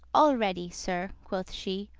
all ready, sir, quoth she,